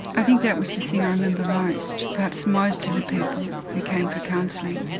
i think that was the thing i remember most. perhaps most of the people who came for counselling